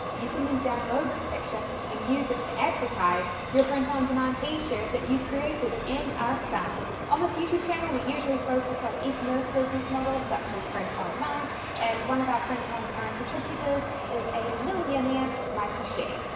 you can then download this picture and use it to advertise your print-on-demand t-shirt that you created and are selling. on this youtube channel we usually focus on ecommerce business models such as print-on-demand and one of our print-on-demand contributors is a millionaire michael shih.